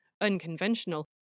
unconventional